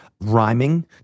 rhyming